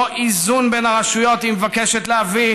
לא איזון בין הרשויות היא מבקשת להביא